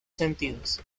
sentidos